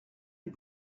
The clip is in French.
est